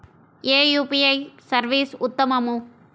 ఏ UPI service ఉత్తమము?